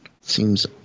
seems